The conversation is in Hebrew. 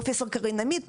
פרופ' קארין אמית,